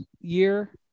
year